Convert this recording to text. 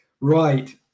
Right